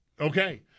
Okay